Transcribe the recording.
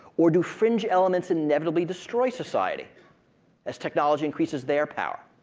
or do fringe elements inevitably destroy society as technology increases their power?